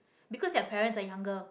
because their parents are younger